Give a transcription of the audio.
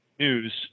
news